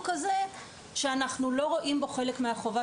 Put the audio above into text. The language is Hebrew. הוא כזה שאנחנו לא רואים בו חלק מהחובה